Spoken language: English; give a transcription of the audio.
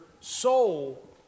soul